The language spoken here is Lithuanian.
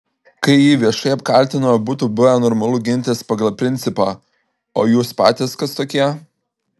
kai jį viešai apkaltino būtų buvę normalu gintis pagal principą o jūs patys kas tokie